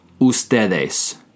ustedes